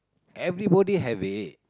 everybody have it